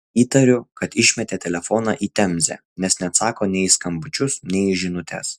įtariu kad išmetė telefoną į temzę nes neatsako nei į skambučius nei į žinutes